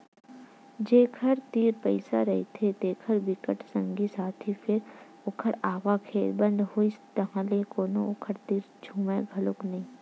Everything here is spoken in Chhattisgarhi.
जेखर तीर पइसा रहिथे तेखर बिकट संगी साथी फेर ओखर आवक ह बंद होइस ताहले कोनो ओखर तीर झुमय घलोक नइ